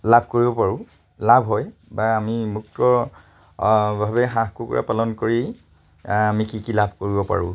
লাভ কৰিব পাৰোঁ লাভ হয় বা আমি মুক্তভাৱে হাঁহ কুকুৰা পালন কৰি আমি কি কি লাভ কৰিব পাৰোঁ